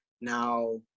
now